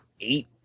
eight